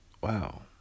wow